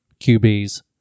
QBs